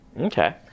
Okay